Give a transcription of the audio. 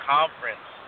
Conference